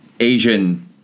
asian